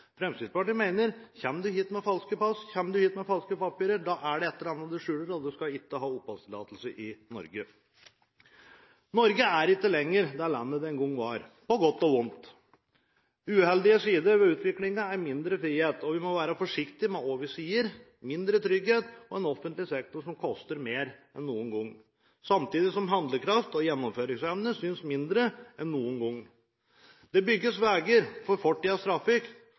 Fremskrittspartiet mener at kommer man hit med falske pass, med falske papirer, da er det et eller annet man skjuler, og man skal ikke få oppholdstillatelse i Norge. Norge er ikke lenger det landet det en gang var – på godt og ondt. Uheldige sider ved utviklingen er mindre frihet og at vi må være forsiktige med hva vi sier, mindre trygghet og en offentlig sektor som koster mer enn noen gang. Samtidig synes handlekraften og gjennomføringsevnen mindre enn noen gang. Det bygges veier for